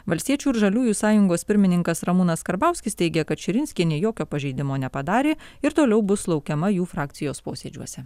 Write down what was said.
valstiečių ir žaliųjų sąjungos pirmininkas ramūnas karbauskis teigia kad širinskienė jokio pažeidimo nepadarė ir toliau bus laukiama jų frakcijos posėdžiuose